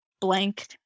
blank